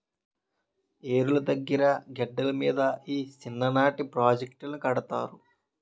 ఏరుల దగ్గిర గెడ్డల మీద ఈ సిన్ననీటి ప్రాజెట్టులను కడతారు